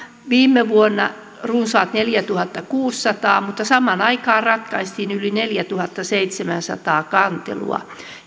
viime vuonna runsaat neljätuhattakuusisataa mutta samaan aikaan ratkaistiin yli neljätuhattaseitsemänsataa kantelua